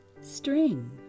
string